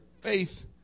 faith